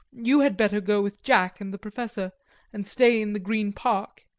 you had better go with jack and the professor and stay in the green park,